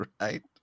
Right